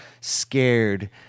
scared